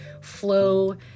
flow